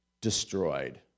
destroyed